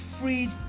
freed